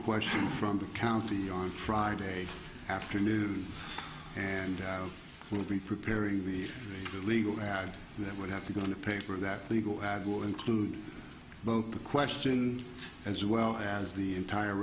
question from the county on friday afternoon and will be preparing the legal add that would have to go in the paper that legal ad will include both the question as well as the entire